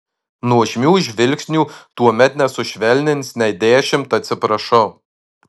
nuožmių žvilgsnių tuomet nesušvelnins nei dešimt atsiprašau